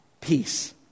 peace